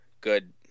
good